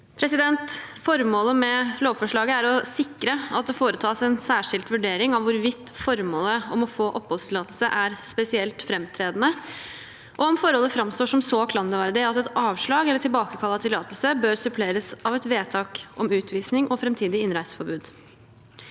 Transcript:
Formålet med lovforslaget er å sikre at det foretas en særskilt vurdering av hvorvidt formålet om å få oppholdstillatelse er spesielt framtredende, og om forholdet framstår som så klanderverdig at et avslag eller tilbakekall av tillatelse bør suppleres av et vedtak om utvisning og framtidig innreiseforbud.